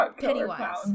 Pennywise